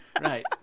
Right